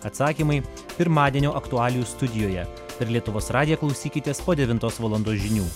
atsakymai pirmadienio aktualijų studijoje per lietuvos radiją klausykitės po devintos valandos žinių